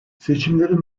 seçimleri